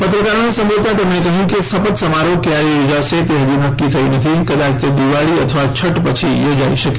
પત્રકારોને સંબોધતા તેમણે કહ્યુ કે શપત સમારોહ ક્યારે યોજાશે તે હજી નક્કી થયું નથી કદાચ તે દિવાળી અથવા છઠ પછી યોજાઈ શકે